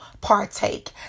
partake